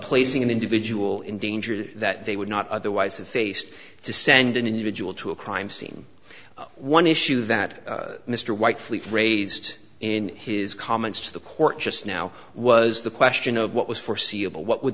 placing an individual in danger that they would not otherwise have faced to send an individual to a crime scene one issue that mr white fleet raised in his comments to the court just now was the question of what was foreseeable what would